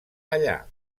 allà